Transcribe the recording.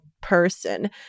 person